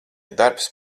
darbs